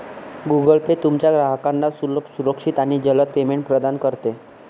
Google Pay तुमच्या ग्राहकांना सुलभ, सुरक्षित आणि जलद पेमेंट प्रदान करते